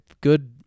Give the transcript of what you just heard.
good